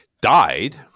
Died